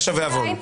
פשע ועוון?